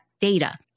data